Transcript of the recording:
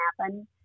happen